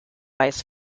vice